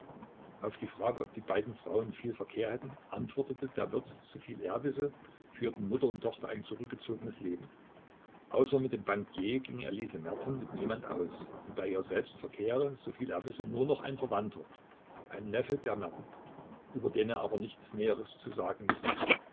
auf die frage ob die beiden frauen viel verkehr hätten antwortete der wirt soviel er wisse führten mutter und tochter ein zurückgezogenes leben außer mit dem bankier ging elise merten mit niemand aus und bei ihr selbst verkehre soviel er wisse nur noch ein verwandter ein neffe der merten über den er aber nichts näheres zu sagen wisse